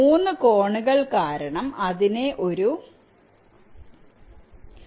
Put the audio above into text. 3 കോണുകൾ കാരണം അതിനെ ഒരു വൈ ഡയഗ്രം എന്ന് വിളിക്കാം